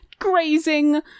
grazing